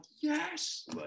yes